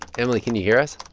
emily, can you hear us?